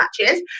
matches